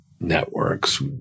networks